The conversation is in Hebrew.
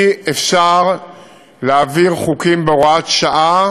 אי-אפשר להעביר חוקים בהוראת שעה